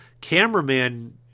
cameraman